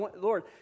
Lord